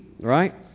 right